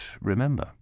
remember